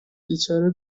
بیچاره